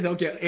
Okay